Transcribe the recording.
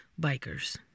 bikers